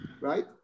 right